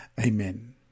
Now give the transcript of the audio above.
Amen